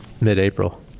mid-April